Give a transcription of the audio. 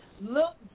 look